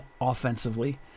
offensively